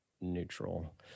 Neutral